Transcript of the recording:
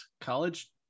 College